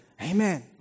Amen